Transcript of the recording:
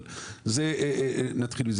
התחיל מזה.